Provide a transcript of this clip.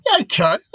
Okay